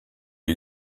you